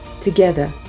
together